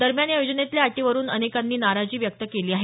दरम्यान या योजनेतल्या अटीवरून अनेकांनी नाराजी व्यक्त केली आहे